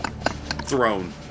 Throne